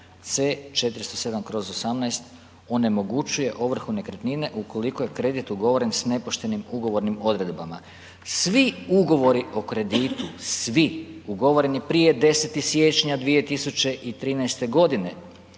C-407/18 onemogućuje ovrhu nekretnine ukoliko je kredit ugovoren s nepoštenim ugovornim odredbama. Svi Ugovori o kreditu, svi ugovoreni prije 10. siječnja 2013.g.